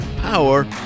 power